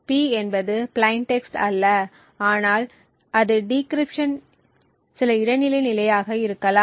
P என்பது plain text அல்ல ஆனால் அது டிக்ரிப்ஷன் இன் சில இடைநிலை நிலையாக இருக்கலாம்